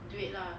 duit lah